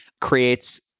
creates